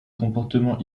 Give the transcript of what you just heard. comportement